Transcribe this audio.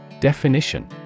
Definition